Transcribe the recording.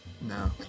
No